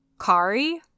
Kari